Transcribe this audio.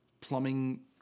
plumbing